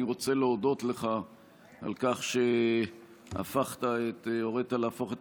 אני רוצה להודות לך על כך שהורית להפוך את